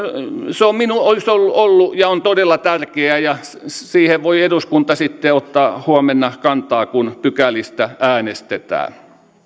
se olisi ollut ollut ja on todella tärkeää ja siihen voi eduskunta sitten ottaa huomenna kantaa kun pykälistä äänestetään